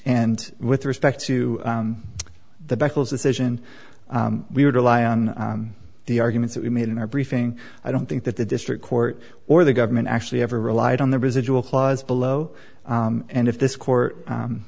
and with respect to the beccles decision we would rely on the arguments that we made in our briefing i don't think that the district court or the government actually ever relied on the residual clause below and if this court